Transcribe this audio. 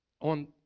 on